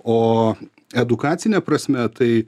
o edukacine prasme tai